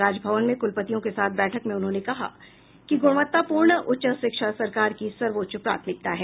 राजभवन में कुलपतियों के साथ बैठक में उन्होंने कहा कि गुणवत्तापूर्ण उच्च शिक्षा सरकार की सर्वोच्च प्राथमिकता है